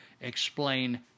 explain